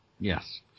Yes